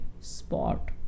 spot